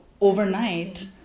overnight